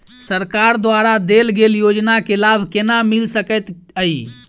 सरकार द्वारा देल गेल योजना केँ लाभ केना मिल सकेंत अई?